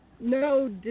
no